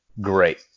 Great